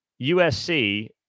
USC